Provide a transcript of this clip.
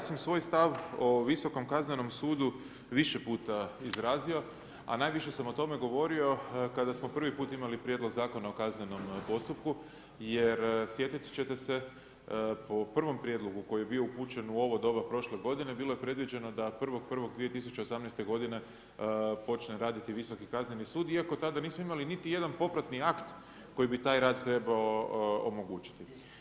Pa ja sam svoj stav o Visokom kaznenom sudu više puta izrazio, a najviše sam o tome govorio kada smo prvi put imali Prijedlog Zakona o kaznenom postupku jer sjetit ćete se po prvom prijedlogu koji je bio upućen u ovo doba prošle godine, bilo je predviđeno da 1.1.2018. godine počne raditi Visoki kazneni sud iako tada nismo imali niti jedan popratni akt koji bi taj rad trebao omogućiti.